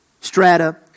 strata